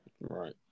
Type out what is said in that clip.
Right